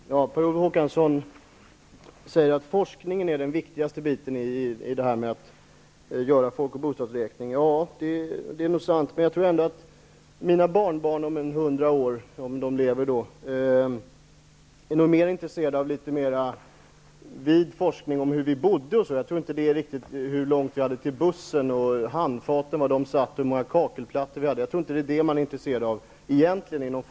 Herr talman! Per Olof Håkansson säger att forskningen är den viktigaste biten i detta med folkoch bostadsräkningar. Det är nog sant, men jag tror ändå att mina barnbarn om hundra år, om de lever då, är mer intresserade av vid forskning om hur vi bodde. Jag tror inte det är viktigt för dem att veta hur långt vi hade till bussen, var vi hade handfatet, hur många kakelplattor vi hade osv. Det tror jag inte man är intresserad av inom forskningen.